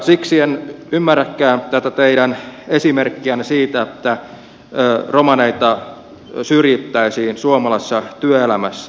siksi en ymmärräkään tätä teidän esimerkkiänne siitä että romaneita syrjittäisiin suomessa työelämässä